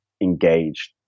engaged